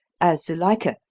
as zuilika,